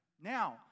Now